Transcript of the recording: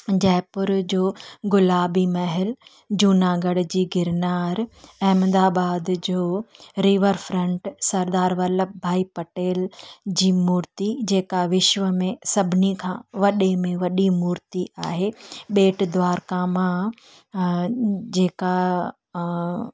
जयपुर जो गुलाबी महल जूनागढ़ जी गिरनार अहमदाबाद जो रिवर फ़्रंट सरदार वल्लभ भाई पटेल जी मूर्ति जेका विश्व में सभिनी खां वॾे में वॾी मूर्ति आहे बेट द्वारका मां जेका